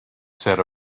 said